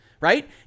right